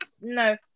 no